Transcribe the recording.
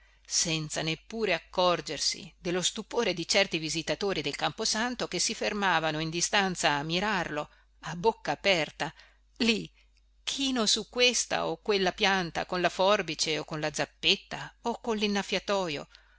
senza neppure accorgersi dello stupore di certi visitatori del camposanto che si fermavano in distanza a mirarlo a bocca aperta lì chino su questa o quella pianta con la forbice o con la zappetta o